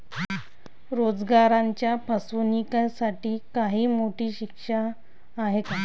रोजगाराच्या फसवणुकीसाठी काही मोठी शिक्षा आहे का?